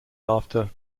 after